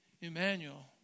Emmanuel